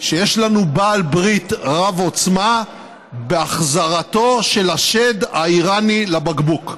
שיש לנו בעל ברית רב-עוצמה בהחזרתו של השד האיראני לבקבוק.